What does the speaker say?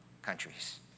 countries